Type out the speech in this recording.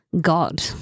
God